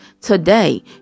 today